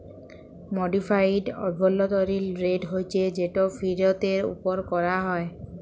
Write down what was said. modified অভ্যলতরিল rate হছে যেট ফিরতের উপর ক্যরা হ্যয়